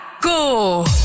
Go